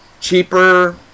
cheaper